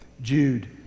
Jude